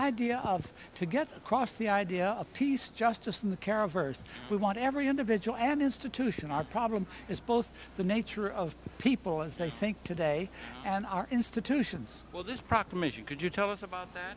idea of to get across the idea of peace justice in the care of earth we want every individual and institution our problem is both the nature of people as they think today and our institutions well this proclamation could you tell us about that